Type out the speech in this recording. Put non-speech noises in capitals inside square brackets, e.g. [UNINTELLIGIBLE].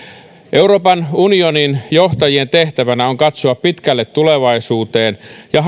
euroopan unionin johtajien tehtävänä on katsoa pitkälle tulevaisuuteen ja [UNINTELLIGIBLE]